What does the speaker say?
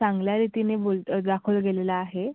चांगल्यारितीने बोलतं दाखवलं गेलेलं आहे